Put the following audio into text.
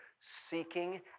seeking